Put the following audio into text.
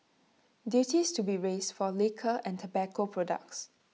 duties to be raised for liquor and tobacco products